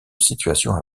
situation